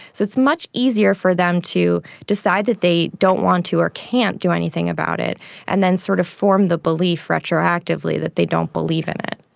so it's much easier for them to decide that they don't want to or can't do anything about it and then sort of form of the belief retroactively that they don't believe in it.